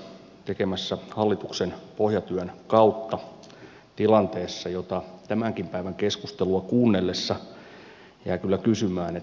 niitä ollaan nyt tekemässä hallituksen pohjatyön kautta tilanteessa jossa tämänkin päivän keskustelua kuunnellessa jää kyllä kysymään